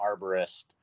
arborist